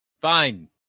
Fine